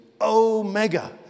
omega